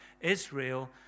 Israel